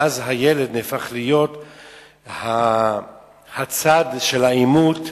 ואז הילד הופך להיות הצד של העימות.